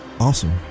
Awesome